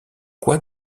quoi